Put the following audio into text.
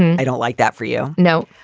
i don't like that for, you know.